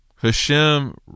Hashem